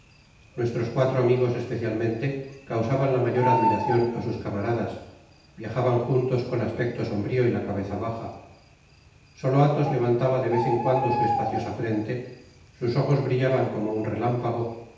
nuestros cuatro amigos especialmente causaban la mayor admiracion á sus camaradas viajaban juntos i on aspecto sombrio y la caheza baja solo athos levantaba de vez en cuando su espaciosa frente sus ojos brillaban como un relámpago